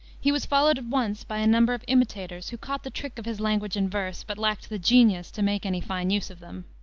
he was followed at once by a number of imitators who caught the trick of his language and verse, but lacked the genius to make any fine use of them.